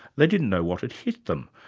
they didn't know what had hit them,